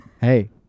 Hey